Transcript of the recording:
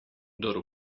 kdor